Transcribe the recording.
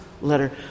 letter